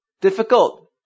Difficult